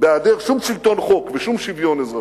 בהיעדר שום שלטון חוק ושום שוויון אזרחי.